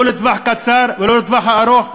לא לטווח הקצר ולא לטווח הארוך,